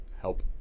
help